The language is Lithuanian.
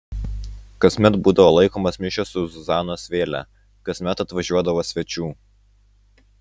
kasmet būdavo laikomos mišios už zuzanos vėlę kasmet atvažiuodavo svečių